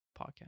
podcast